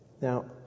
Now